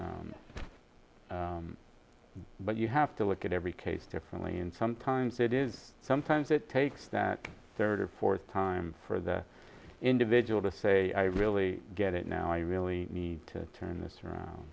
but you have to look at every case differently and sometimes it is sometimes it takes that third or fourth time for the individual to say i really get it now i really need to turn this around